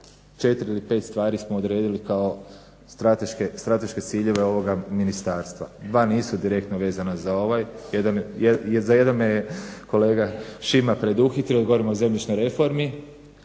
4 ili 5 stvari smo odredili kao strateške ciljeve ovoga ministarstva, 2 nisu direktno vezana za ovaj, za 1 me je kolega Šima preduhitrio, mi govorimo o zemljišnoj reformi